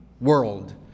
world